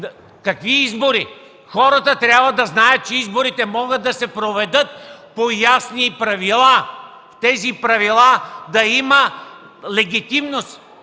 Какви избори? Хората трябва да знаят, че изборите могат да се проведат по ясни правила. Тези правила да имат легитимност,